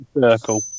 circle